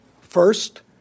First